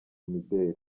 mideli